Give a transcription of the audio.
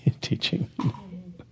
Teaching